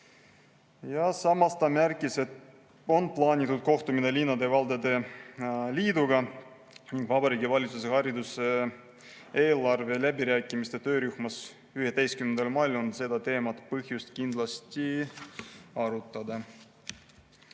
Samas ta märkis, et on plaanitud kohtumine linnade ja valdade liiduga ning ka Vabariigi Valitsuse hariduseelarve läbirääkimiste töörühma [koosolekul] 1. mail on seda teemat põhjust kindlasti arutada.